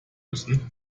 müssen